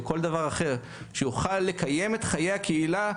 או כל דבר אחר שיוכל לקיים את חיי הקהילה,